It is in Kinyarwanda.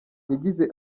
yagize